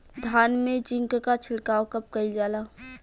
धान में जिंक क छिड़काव कब कइल जाला?